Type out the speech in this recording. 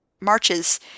marches